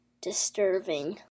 disturbing